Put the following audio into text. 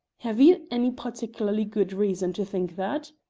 have you any particularly good reason to think that?